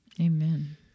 Amen